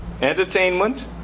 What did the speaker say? entertainment